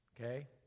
Okay